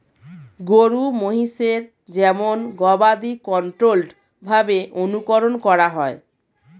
গরু মহিষের যেমন গবাদি কন্ট্রোল্ড ভাবে অনুকরন করা হয়